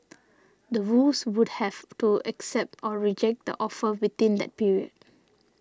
the Woos would have to accept or reject the offer within that period